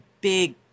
big